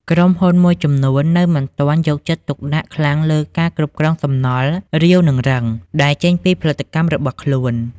ក្រុមហ៊ុនមួយចំនួននៅមិនទាន់យកចិត្តទុកដាក់ខ្លាំងលើ ការគ្រប់គ្រងសំណល់ រាវ និងរឹង ដែលចេញពីផលិតកម្មរបស់ខ្លួន។